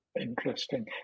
Interesting